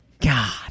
God